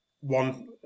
one